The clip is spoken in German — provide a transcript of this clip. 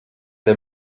der